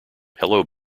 hello